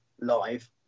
live